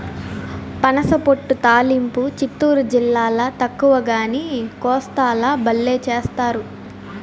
పనసపొట్టు తాలింపు చిత్తూరు జిల్లాల తక్కువగానీ, కోస్తాల బల్లే చేస్తారు